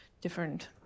different